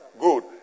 Good